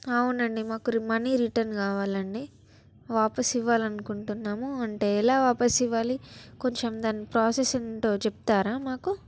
అవునండి మాకు రి మనీ రిటర్న్ కావాలండి వాపస్ ఇవ్వాలనుకుంటున్నాము అంటే ఎలా వాపస్ ఇవ్వాలి కొంచెం దాని ప్రసెస్ ఏంటో చెప్తారా మాకు